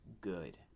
good